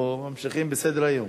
אנחנו ממשיכים בסדר-היום.